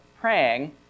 praying